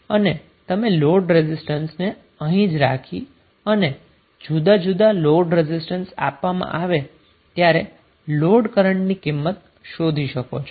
તમે લોડ રેઝિસ્ટન્સને અહીં જ રાખી અને જ્યારે જુદાં જુદાં લોડ રેઝિસ્ટન્સ આપવામાં આવે છે ત્યારે લોડ કરન્ટ ની કિંમત શોધી શકો છો